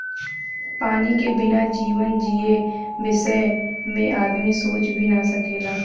पानी के बिना जीवन जिए बिसय में आदमी सोच भी न सकेला